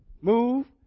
move